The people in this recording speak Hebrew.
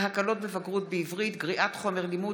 ההקלות בבגרות בעברית (גריעת חומר לימוד,